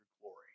glory